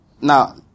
Now